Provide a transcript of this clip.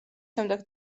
შემდეგ